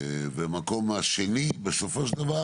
והמקום השני, בסופו של דבר